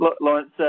Lawrence